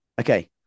Okay